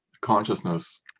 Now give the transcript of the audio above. consciousness